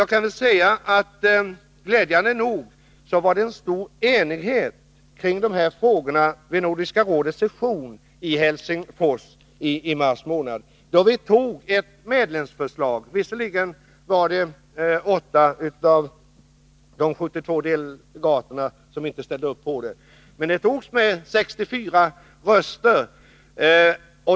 Jag kan säga att det glädjande nog var en stor enighet kring koholoch narkodessa frågor vid Nordiska rådets session i Helsingfors i mars månad. Viantog tikamissbruket där ett medlemsförslag. Visserligen var det åtta av de 72 delegaterna somiinte m.m. ställde upp på det, men medlemsförslaget antogs med 64 röster.